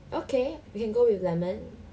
okay we can go with lemon